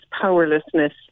powerlessness